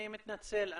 אני מתנצל,